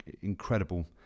incredible